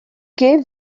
gave